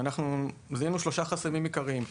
ואנחנו זיהינו שלושה חסמים עיקריים: